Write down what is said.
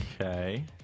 Okay